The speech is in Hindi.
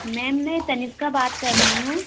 मैम मै तनिष्का बात कर रही हूँ